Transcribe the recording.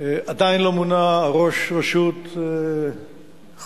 עדיין לא מונה ראש רשות חדש